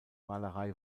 malerei